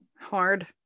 Hard